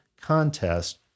contest